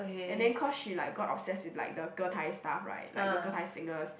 and then cause she like got obsessed with like the getai stuff right like the getai singers